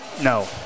No